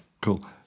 Cool